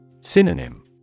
Synonym